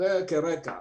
זה כרקע.